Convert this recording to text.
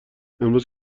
امروز